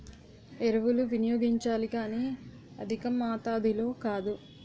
ఎరువులు వినియోగించాలి కానీ అధికమాతాధిలో కాదు